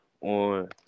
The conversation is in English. on